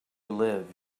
live